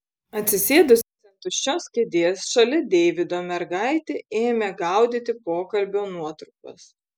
atsisėdusi ant tuščios kėdės šalia deivido mergaitė ėmė gaudyti pokalbio nuotrupas